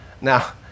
Now